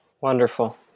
Wonderful